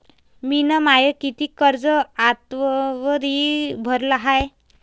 मिन माय कितीक कर्ज आतावरी भरलं हाय?